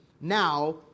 now